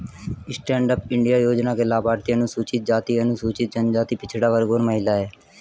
stand up India योजना के लाभार्थी अनुसूचित जाति, अनुसूचित जनजाति, पिछड़ा वर्ग और महिला है